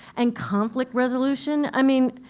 and, conflict resolution? i mean,